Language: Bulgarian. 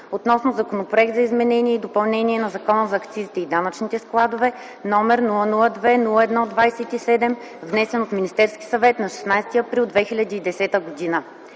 относно Законопроект за изменение и допълнение на Закона за акцизите и данъчните складове, № 002-01-27, внесен от Министерския съвет на 16 април 2010 г.